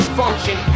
function